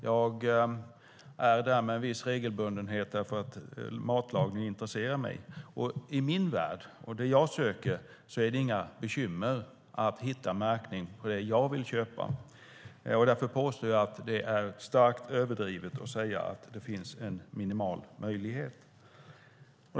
Jag är där med viss regelbundenhet eftersom matlagning intresserar mig. I min värld och med det jag söker är det inga bekymmer att hitta märkning på det jag vill köpa. Jag vill därför påstå att det är starkt överdrivet att det finns en minimal möjlighet.